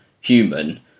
human